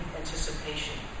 anticipation